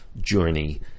journey